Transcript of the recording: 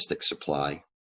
supply